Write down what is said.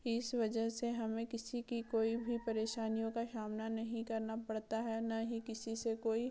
इस वजह से हमें किसी की कोई भी परेशानियों का सामना नहीं करना पडता है ना ही किसी से कोई